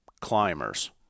climbers